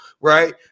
Right